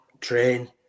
train